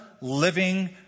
living